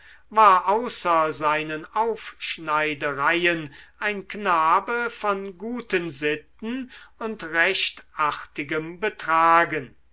war außer seinen aufschneidereien ein knabe von guten sitten und recht artigem betragen